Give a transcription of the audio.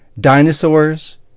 dinosaurs